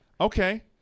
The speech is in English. okay